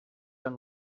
han